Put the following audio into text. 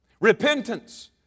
Repentance